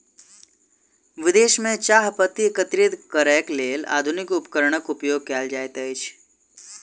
विदेश में चाह पत्ती एकत्रित करैक लेल आधुनिक उपकरणक उपयोग कयल जाइत अछि